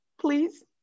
please